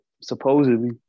Supposedly